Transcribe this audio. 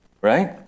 Right